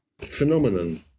phenomenon